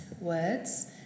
words